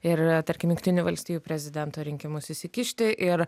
ir tarkim jungtinių valstijų prezidento rinkimus įsikišti ir